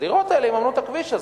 הדירות האלה יממנו את הכביש הזה,